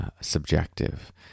subjective